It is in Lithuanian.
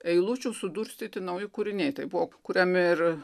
eilučių sudurstyti nauji kūriniai tai buvo kuriami ir